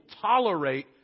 tolerate